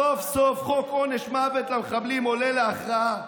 סוף-סוף עונש מוות למחבלים עולה להכרעה.